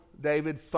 David